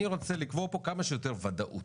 אני רוצה לקבוע פה כמה שיותר ודאות.